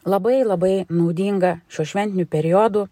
labai labai naudinga šiuo šventiniu periodu